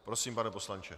Prosím, pane poslanče.